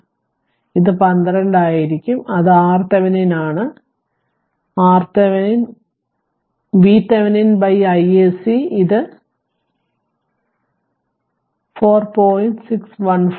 അതിനാൽ ഇത് 12 ആയിരിക്കും അത് RThevenin ആകും ഈ VThevenin isc ഇത് 8 12 അതിനാൽ 4